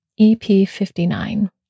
EP59